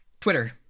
twitter